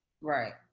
Right